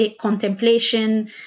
contemplation